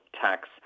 tax